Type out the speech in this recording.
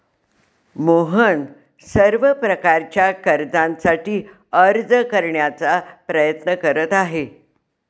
मोहन सर्व प्रकारच्या कर्जासाठी अर्ज करण्याचा प्रयत्न करीत आहे